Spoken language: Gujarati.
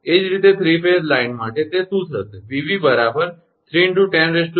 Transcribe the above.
એ જ રીતે 3 ફેઝ લાઈન માટે તે શું થશે 𝑉𝑣 3×106√2𝑚𝑣𝑟𝛿10